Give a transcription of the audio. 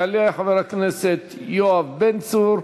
יעלה חבר הכנסת יואב בן צור,